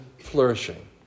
flourishing